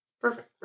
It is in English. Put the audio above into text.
Perfect